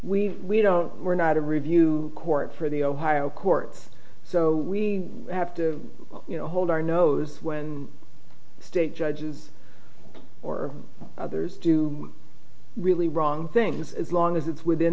we don't we're not a review court for the ohio court so we have to you know hold our nose when state judges or others do really wrong things as long as it's within